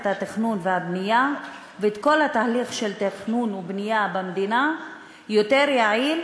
התכנון והבנייה ואת כל התהליך של תכנון ובנייה במדינה יותר יעיל,